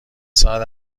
ساعت